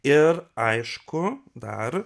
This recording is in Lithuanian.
ir aišku dar